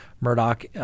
Murdoch